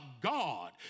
God